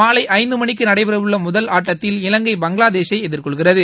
மாலை மணிக்கு நடைபெறவுள்ள முதல் ஆட்டத்தில் இலங்கை பங்களாதேஷை இந்தி எதிர்கொள்கிறது